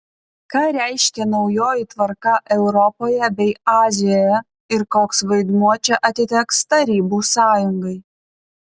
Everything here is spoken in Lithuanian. ką reiškia naujoji tvarka europoje bei azijoje ir koks vaidmuo čia atiteks tarybų sąjungai